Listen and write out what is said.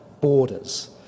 borders